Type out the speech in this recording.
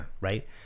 right